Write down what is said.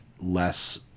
less